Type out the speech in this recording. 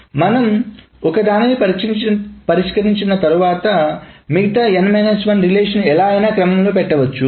మనం ఒక దాన్ని పరిష్కరించిన తర్వాత మిగతా n 1 రిలేషన్స్ ఎలా అయినా క్రమంలో పెట్టవచ్చు